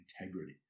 integrity